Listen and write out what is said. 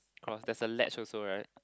cross there's a ledge also right